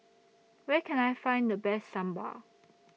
Where Can I Find The Best Sambar